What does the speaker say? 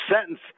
sentence